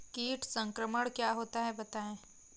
कीट संक्रमण क्या होता है बताएँ?